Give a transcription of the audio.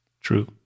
True